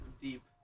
deep